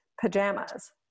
pajamas